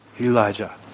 Elijah